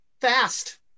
fast